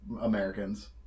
Americans